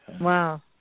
Wow